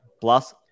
plus